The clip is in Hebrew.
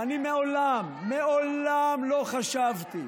העברתם, ואני מעולם מעולם לא חשבתי,